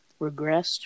regressed